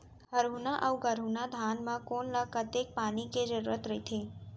हरहुना अऊ गरहुना धान म कोन ला कतेक पानी के जरूरत रहिथे?